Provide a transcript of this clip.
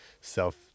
self